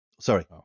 Sorry